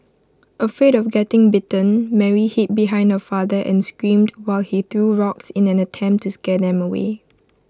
afraid of getting bitten Mary hid behind her father and screamed while he threw rocks in an attempt to scare them away